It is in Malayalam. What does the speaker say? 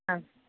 ആ